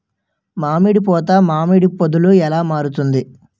మామిడి పూత మామిడి పందుల ఎలా మారుతుంది?